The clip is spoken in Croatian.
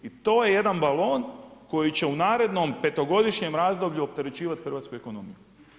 I to je jedan balon, koji će u narednom petogodišnjem razdoblju opterećivati hrvatsku ekonomiju.